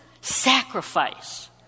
Sacrifice